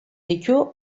ditu